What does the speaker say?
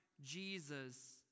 Jesus